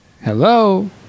Hello